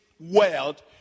world